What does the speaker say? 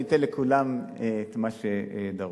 ניתן לכולם את מה שדרוש.